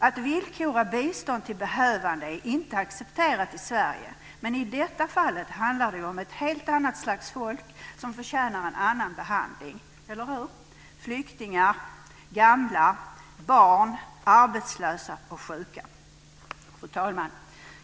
Att villkora bistånd till behövande är inte accepterat i Sverige, men i detta fall handlar det om ett helt annat slags folk, som förtjänar en annan behandling - eller hur? Det gäller flyktingar, gamla, barn, arbetslösa och sjuka. Fru talman!